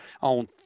on